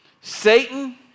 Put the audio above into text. Satan